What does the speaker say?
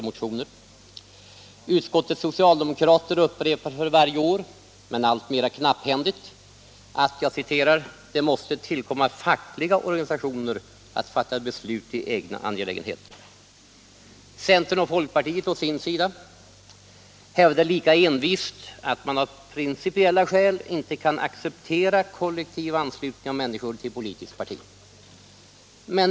Utskottets socialdemokrater upprepar för varje år, men alltmer knapphändigt, att ”det måste tillkomma fackliga organisationer att fatta beslut i egna angelägenheter”. Centern och folkpartiet å sin sida hävdar lika envist att man av principiella skäl inte kan acceptera kollektiv anslutning av människor till politiskt parti.